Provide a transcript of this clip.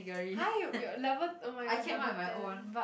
!huh! you your level oh-my-gosh level ten